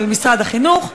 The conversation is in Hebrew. של משרד החינוך,